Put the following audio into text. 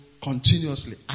continuously